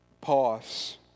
Pause